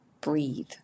Breathe